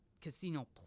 casino